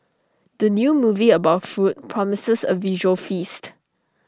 the new movie about food promises A visual feast